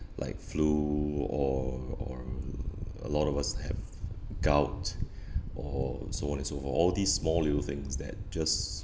like flu or or a lot of us have gout or so on and so forth all these small little things that just